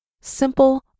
simple